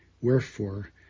Wherefore